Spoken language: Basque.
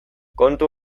kontu